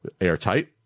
airtight